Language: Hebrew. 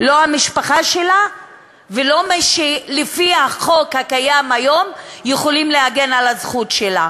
לא המשפחה שלה ולא מי שלפי החוק הקיים היום יכולים להגן על הזכות שלה.